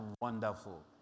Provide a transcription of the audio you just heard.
wonderful